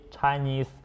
Chinese